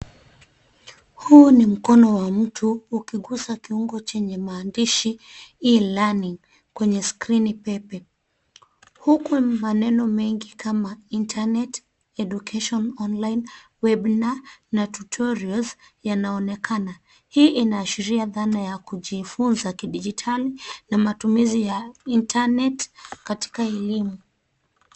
Huu ni mkono wa mtu ukigusa kiungo chenye maandishi E-Learning kwenye skrini pepe, huku maneno mengi kama internet, Education online, Webinar na tutorials yanaonekana. Hii inaashria dhana ya kujifunza kidijitali na matumizi ya internet katika elimu.